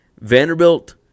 Vanderbilt